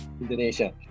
Indonesia